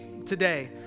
today